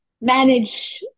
manage